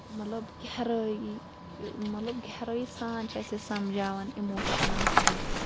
مطلب گہرٲیی مطلب گہرٲیی سان چھِ اسہِ یہِ سَمجاوان اِموشنن ہُند